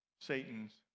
Satan's